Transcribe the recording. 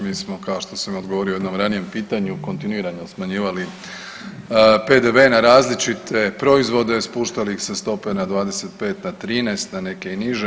Mi smo kao što sam odgovorio i u jednom ranijem pitanju kontinuirano smanjivali PDV na različite proizvode, spuštali ih sa stope na 25 na 13, na neke i niže.